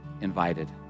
invited